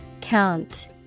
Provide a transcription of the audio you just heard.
Count